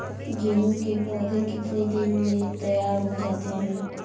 गेहूँ के पौधे कितने दिन में तैयार हो जाते हैं?